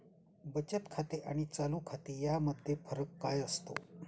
बचत खाते आणि चालू खाते यामध्ये फरक काय असतो?